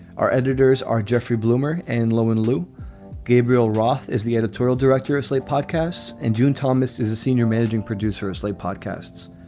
our editors are jeffrey bloomer and lowe and lou gabriel roth is the editorial director, gristly podcasts and june thomas is a senior managing producer, ousley podcasts.